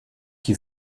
qui